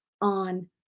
on